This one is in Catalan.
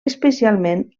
especialment